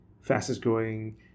fastest-growing